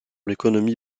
l’économie